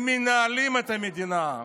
הם מנהלים את המדינה.